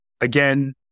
again